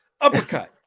uppercut